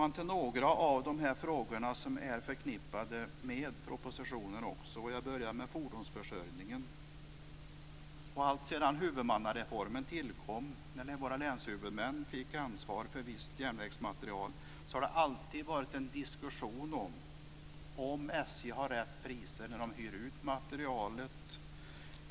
Så till några av de frågor som är förknippade med propositionen. Jag börjar med fordonsförsörjningen. Alltsedan huvudmannareformen tillkom, när våra länshuvudmän fick ansvar för visst järnvägsmaterial, har det alltid varit en diskussion om huruvida SJ har rätt priser när det hyr ut materialet.